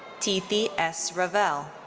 tithi s. raval.